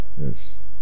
Yes